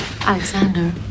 Alexander